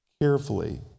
carefully